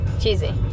cheesy